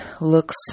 looks